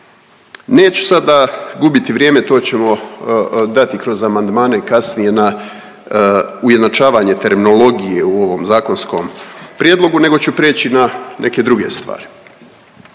Neću sada gubiti vrijeme, to ćemo dati kroz amandmane kasnije na ujednačavanje terminologije u ovom zakonskom prijedlogu, nego ću prijeći na neke druge stvari.